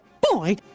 boy